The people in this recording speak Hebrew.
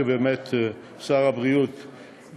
שבאמת שר הבריאות אמר,